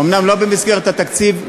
אומנם לא במסגרת התקציב,